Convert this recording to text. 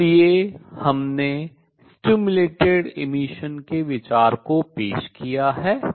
इसलिए हमने उद्दीपित उत्सर्जन के विचार को पेश किया है